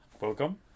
Welcome